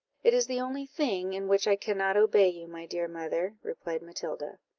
it is the only thing in which i cannot obey you, my dear mother, replied matilda.